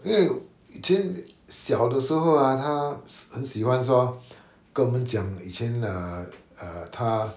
因为以前小的时候 ah 他很喜欢说跟我们讲以前 err err 他